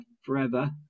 forever